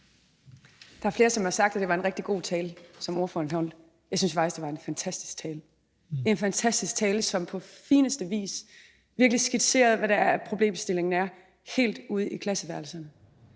Der er flere, som har sagt, at det var en rigtig god tale, ordføreren holdt; jeg synes faktisk, det var en fantastisk tale – en fantastisk tale, som på fineste vis virkelig skitserede, hvad problemstillingen er helt ude i klasseværelserne.